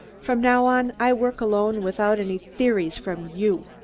from now on i work alone without any theories from you.